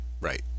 right